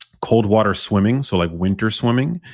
cold water swimming, so like winter swimming,